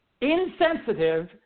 insensitive